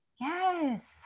Yes